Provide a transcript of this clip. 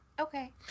Okay